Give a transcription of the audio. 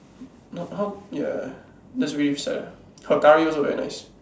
no how ya that's really sad ah her curry also very nice